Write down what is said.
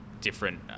different